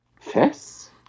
Fez